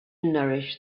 nourish